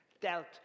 dealt